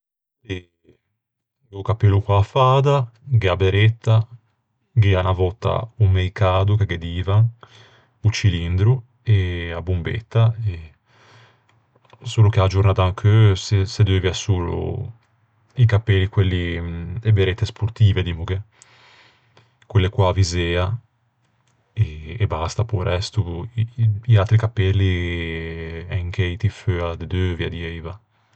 E... gh'é o cappello co-a fada, gh'é a berretta, gh'ea unna vòtta o meicado, che ghe divan, o cilindro, a bombetta, e... Solo che a-a giornâ d'ancheu se-se deuvia solo i cappelli, quelli, e berrette sportive, dimmoghe, quella co-a visea. E basta. Pe-o resto i atri cappelli en cheiti feua de deuvia, dieiva.